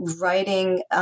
writing